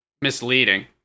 misleading